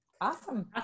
Awesome